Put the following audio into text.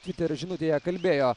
twitter žinutėje kalbėjo